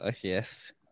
yes